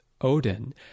Odin